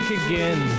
again